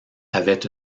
avait